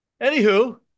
Anywho